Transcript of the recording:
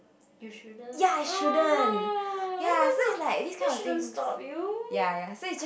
you shouldn't oh no that's not that shouldn't stop you